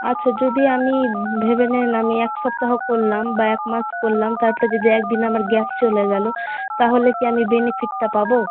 আচ্ছা যদি আমি ভেবে নিলাম এই এক সপ্তাহ করলাম বা এক মাস করলাম তারপর যদি একদিন আমার গ্যাপ চলে গেলো তাহলে কি আমি বেনিফিটটা পাবো